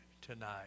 tonight